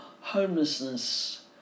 homelessness